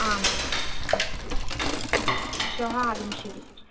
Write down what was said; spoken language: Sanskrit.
आम् अस्तु श्वः आगमिष्यति